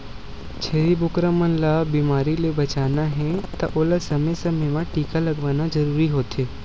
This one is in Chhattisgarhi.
छेरी बोकरा मन ल बेमारी ले बचाना हे त ओला समे समे म टीका लगवाना जरूरी होथे